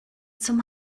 zum